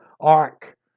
ark